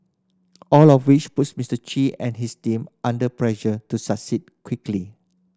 all of which puts Mister Chi and his team under pressure to succeed quickly